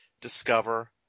Discover